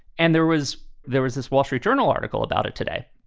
and there was there was this wall street journal article about it today.